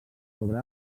sobre